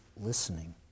listening